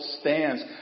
stands